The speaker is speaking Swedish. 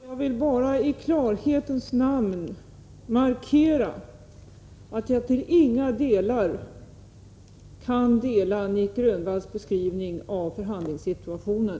Herr talman! Bara i klarhetens namn vill jag markera att jag till inga delar kan instämma i Nic Grönvalls beskrivning av förhandlingssituationen.